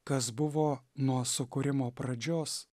kas buvo nuo sukūrimo pradžios